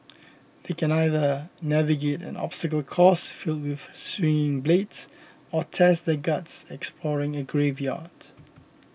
they can either navigate an obstacle course filled with swinging blades or test their guts exploring a graveyard